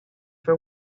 for